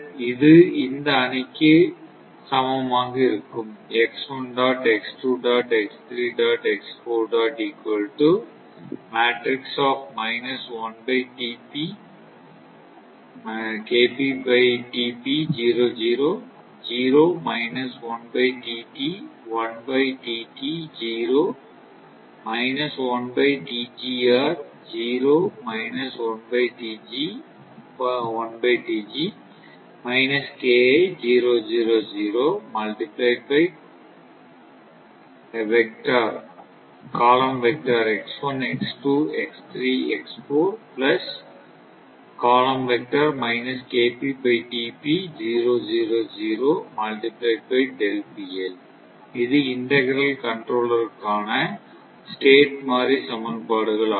இது இந்த அணிக்கு சமமாக இருக்கும் இது இண்டக்ரல் கண்ட்ரோல்லேருக்கான ஸ்டேட் மாறி சமன்பாடுகள் ஆகும்